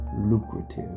lucrative